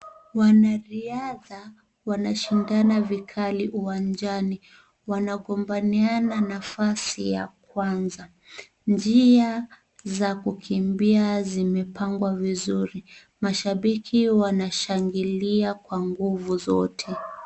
Wanariadha wanashindana vikali uwanjani. Wanagombaniana nafasi ya Kwanza. Njia za kukimbia zimepangwa vizuri. Mashabiki wanashangilia kwa nguvu zote.